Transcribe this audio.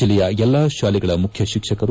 ಜಿಲ್ಲೆಯ ಎಲ್ಲಾ ಶಾಲೆಗಳ ಮುಖ್ಯಶಿಕ್ಷಕರು